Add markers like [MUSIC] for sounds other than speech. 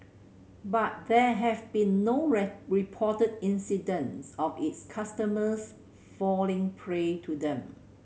but there have been no [UNINTELLIGIBLE] reported incidents of its customers falling prey to them